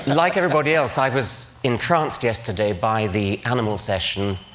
like everybody else, i was entranced yesterday by the animal session.